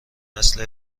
نسل